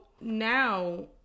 now